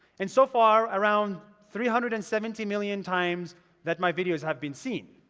and so far around three hundred and seventy million times that my videos have been seen.